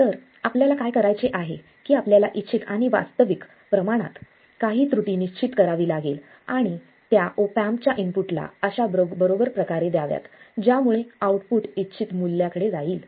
तर आपल्याला काय करायचे आहे की आपल्याला इच्छित आणि वास्तविक प्रमाणात काही त्रुटी निश्चित करावी लागेल आणि त्या ऑप एम्पच्या इनपुटला अशा बरोबर प्रकारे द्याव्यात ज्यामुळे आउटपुट इच्छित मूल्याकडे जाईल